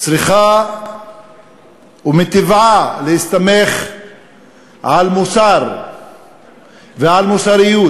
צריכה מטבעה להסתמך על מוסר ועל מוסריות.